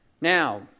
Now